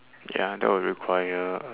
ya that would require